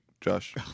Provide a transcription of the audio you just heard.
Josh